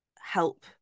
help